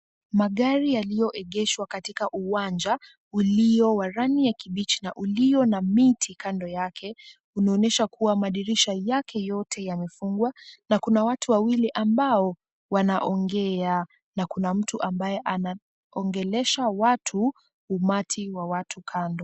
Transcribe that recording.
Magari yaliyoegeshwa katika uwanja ulio wa rangi ya kibichi na ulio na miti kando yake, unaonyesha kwamba dirisha yake yote yamefungwa, na kuna ya watu wawili ambao wanaongea na kuna mtu ambaye anaongelesha watu, umati wa watu kando.